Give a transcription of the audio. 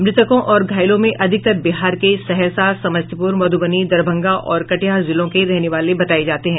मृतकों और घायलों में अधिकतर बिहार के सहरसा समस्तीप्र मध्बनी दरभंगा और कटिहार जिलों के रहने वाले बताये जाते हैं